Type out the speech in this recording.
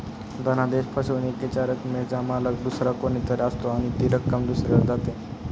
धनादेश फसवणुकीच्या रकमेचा मालक दुसरा कोणी तरी असतो आणि ती रक्कम दुसऱ्याला जाते